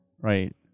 right